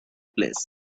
place